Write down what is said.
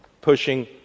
pushing